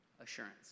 Assurance